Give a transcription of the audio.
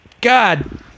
God